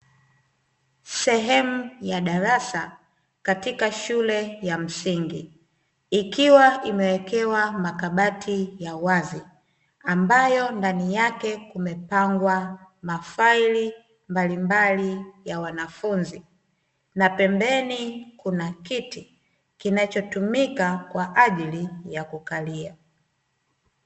Sehemu ya darasa katika shule ya msingi, ikiwa imeekewa makabati ya wazi ambayo ndani yake kumepangwa mafaili mbalimbali ya wanafunzi na pembeni kuna kiti kinachotumika kwa ajili ya kukalia.